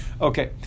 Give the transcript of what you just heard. Okay